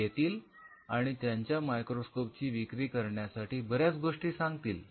ते येतील आणि त्यांच्या मायक्रोस्कोप ची विक्री करण्यासाठी बऱ्याच गोष्टी सांगतील